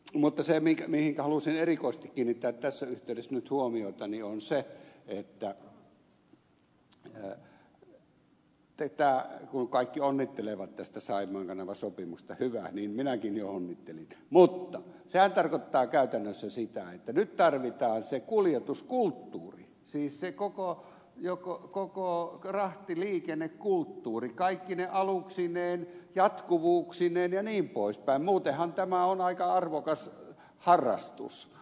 mutta se mihin halusin erityisesti kiinnittää tässä yhteydessä nyt huomiota on se että kun kaikki onnittelevat tästä saimaan kanavan sopimuksesta hyvä niin minäkin jo onnittelin mutta sehän tarkoittaa käytännössä sitä että nyt tarvitaan se kuljetuskulttuuri siis se koko rahtiliikennekulttuuri kaikkine aluksineen jatkuvuuksineen ja niin pois päin muutenhan tämä sopimus on aika arvokas harrastus